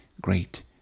great